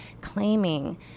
claiming